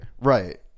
Right